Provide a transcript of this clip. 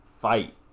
fight